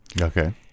Okay